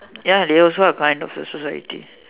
ya they also are a kind of society